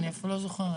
אני אפילו לא זוכרת.